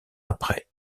après